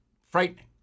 frightening